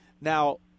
Now